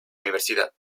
universidad